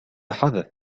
حدث